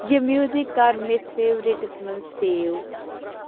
یِہ میوزک کر مےٚ فیورِٹس منٛز سیو